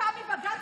מבג"ץ.